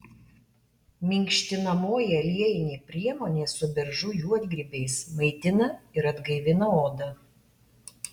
minkštinamoji aliejinė priemonė su beržų juodgrybiais maitina ir atgaivina odą